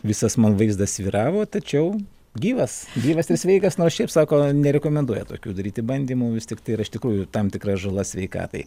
visas man vaizdas svyravo tačiau gyvas gyvas ir sveikas nors šiaip sako nerekomenduoja tokių daryti bandymų vis tik tai yra iš tikrųjų tam tikra žala sveikatai